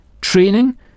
training